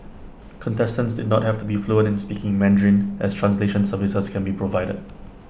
contestants did not have to be fluent in speaking Mandarin as translation services can be provided